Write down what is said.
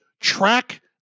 track